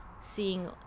seeing